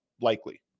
likely